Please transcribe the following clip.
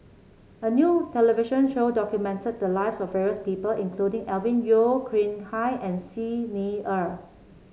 a new television show documented the lives of various people including Alvin Yeo Khirn Hai and Xi Ni Er